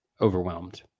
overwhelmed